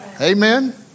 Amen